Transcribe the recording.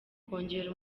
kongera